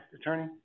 attorney